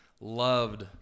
loved